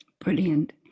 Brilliant